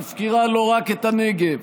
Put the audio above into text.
מפקירה לא רק את הנגב,